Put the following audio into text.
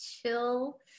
chill